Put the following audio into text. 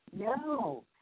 No